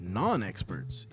non-experts